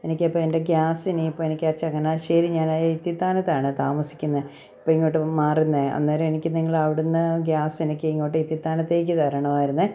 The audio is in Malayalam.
എനിക്കിപ്പം എൻ്റെ ഗ്യാസിനിപ്പോൾ എനിക്ക് ചങ്ങനാശ്ശേരി ഞാൻ ഇത്തിത്താനത്താണ് താമസിക്കുന്നത് ഇപ്പം ഇങ്ങോട്ടു മാറുന്നത് അന്നേരം എനിക്ക് നിങ്ങളെ അവിടെ നിന്ന് ഗ്യാസ് എനിക്ക് ഇങ്ങോട്ടേക്ക് ഇത്തിത്താനത്തേക്ക് തരണമായിരുന്നേ